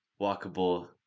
walkable